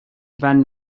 van